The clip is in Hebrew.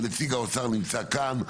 ונציג האוצר נמצא כאן,